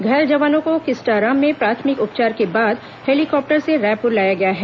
घायल जवानों को किस्टारम में प्राथमिक उपचार के बाद हेलीकॉप्टर से रायपुर लाया गया है